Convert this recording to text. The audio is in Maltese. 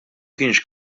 kienx